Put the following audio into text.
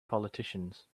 politicians